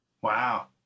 Wow